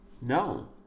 No